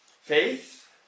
Faith